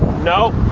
no,